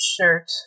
Shirt